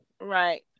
right